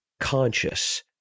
conscious